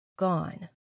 gone